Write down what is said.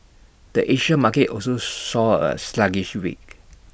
the Asia market also saw A sluggish week